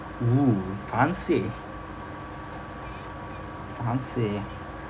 oo fancy fancy